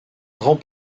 grand